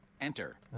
Enter